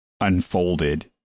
unfolded